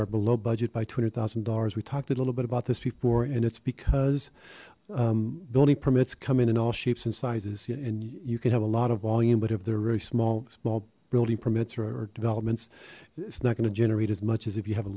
are below budget by two hundred thousand dollars we talked a little bit about this before and it's because building permits come in in all shapes and sizes and you can have a lot of volume but if there are very small small building permits or or developments it's not going to generate as much as if you have a